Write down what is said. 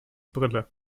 brille